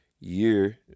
year